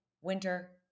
winter